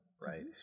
right